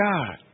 God